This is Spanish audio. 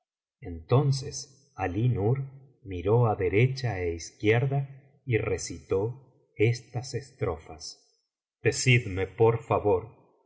entonces alí nur miró á derecha é izquierda y recitó estas estrofas decidme por favor